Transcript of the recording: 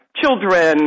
children